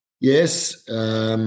Yes